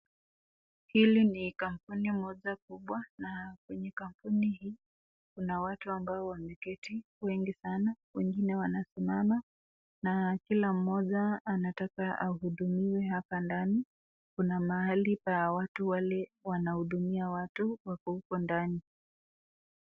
Hili ni kampuni moja kubwa na kwenye kampuni hii Kuna watu ambao wameketi wengi sana wengine wanasimama na kila moja anataka ahuhudumiwa hapa ndani, kuna mahali pa watu wale wanahudumia watu wako huko ndani.